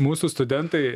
mūsų studentai